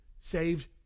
Saved